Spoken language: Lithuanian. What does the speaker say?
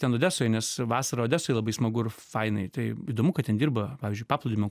ten odesoj nes vasarą odesoj labai smagu ir fainai tai įdomu kad ten dirba pavyzdžiui paplūdimio